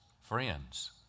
Friends